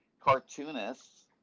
cartoonists